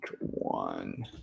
one